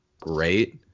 great